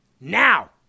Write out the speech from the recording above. Now